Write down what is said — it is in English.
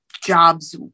jobs